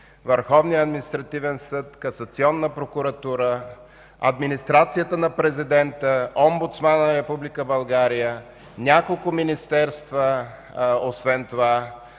Върховният административен съд, Касационната прокуратура, Администрацията на Президента, Омбудсманът на Република България, няколко министерства, освен това